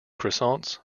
croissants